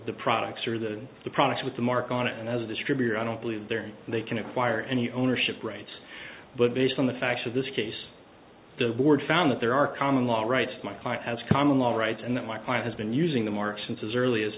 the products or the the products with the mark on it and as a distributor i don't believe they can acquire any ownership rights but based on the facts of this case the board found that there are common law rights my client has common law rights and that my client has been using the mark since as early as